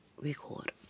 record